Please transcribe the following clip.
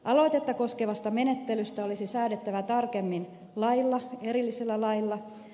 aloitetta koskevasta menettelystä olisi säädettävä tarkemmin erillisellä lailla